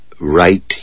right